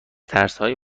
ترسهای